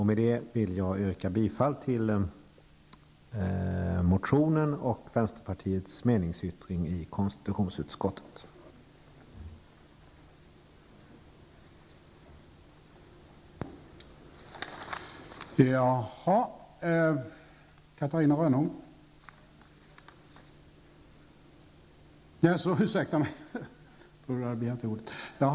Med detta vill jag yrka bifall till motionen och vänsterpartiets meningsyttring i konstitutionsutskottets betänkande 18.